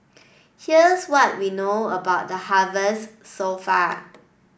here's what we know about the harvest so far